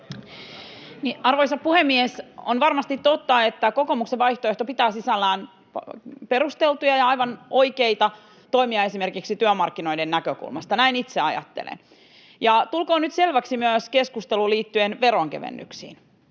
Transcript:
Arvoisa puhemies! On varmasti totta, että kokoomuksen vaihtoehto pitää sisällään perusteltuja ja aivan oikeita toimia esimerkiksi työmarkkinoiden näkökulmasta. Näin itse ajattelen. Tulkoon nyt selväksi myös keskustelu liittyen veronkevennyksiin: